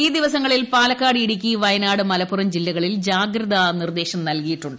ഈ ദിവസങ്ങളിൽ പാലക്കാട് ഇടുക്കി വയനാട് മലപ്പുറം ജില്ലകളിൽ ജാഗ്രതാ നിർദ്ദേശം നൽകിയിട്ടുണ്ട്